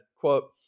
Quote